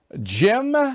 Jim